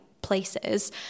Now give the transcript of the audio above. Places